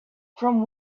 from